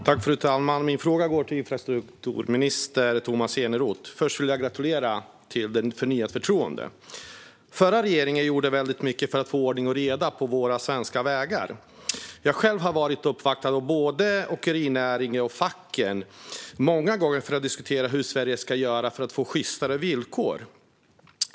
Fru talman! Min fråga går till infrastrukturminister Tomas Eneroth. Först vill jag gratulera till det förnyade förtroendet. Förra regeringen gjorde väldigt mycket för att få ordning och reda på våra svenska vägar. Jag har varit uppvaktad av både åkerinäringen och facken, många gånger för att diskutera hur Sverige ska göra för att man ska få sjystare villkor.